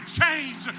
change